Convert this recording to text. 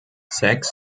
sechs